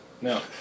No